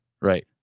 Right